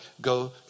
go